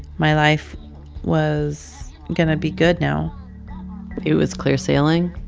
my life was going to be good now it was clear sailing?